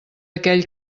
aquell